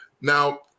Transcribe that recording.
now